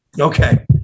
Okay